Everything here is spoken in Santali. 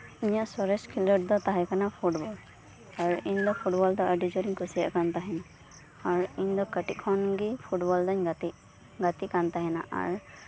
ᱤᱧᱟᱹᱜ ᱥᱚᱨᱮᱥ ᱠᱷᱮᱞᱳᱰ ᱫᱚ ᱛᱟᱦᱮᱸ ᱠᱟᱱᱟ ᱯᱷᱩᱴᱵᱚᱞ ᱟᱨ ᱤᱧ ᱫᱚ ᱯᱷᱩᱴᱵᱚᱞ ᱫᱚ ᱟᱰᱤ ᱡᱳᱨ ᱤᱧ ᱠᱩᱥᱤᱭᱟᱜ ᱠᱟᱱ ᱛᱟᱦᱮᱸᱫ ᱟᱨ ᱤᱧ ᱫᱚ ᱠᱟᱴᱤᱡ ᱠᱷᱚᱱ ᱜᱮ ᱯᱷᱩᱴᱵᱚᱞ ᱫᱚᱧ ᱜᱟᱛᱮᱜ ᱜᱟᱛᱮᱜ ᱠᱟᱱ ᱛᱟᱦᱮᱸᱫᱼᱟ ᱟᱨ